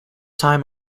time